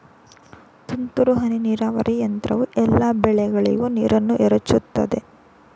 ತುಂತುರು ಹನಿ ನೀರಾವರಿ ಯಂತ್ರವು ಎಲ್ಲಾ ಬೆಳೆಗಳಿಗೂ ನೀರನ್ನ ಎರಚುತದೆ